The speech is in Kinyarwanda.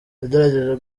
yagerageje